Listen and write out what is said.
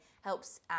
helps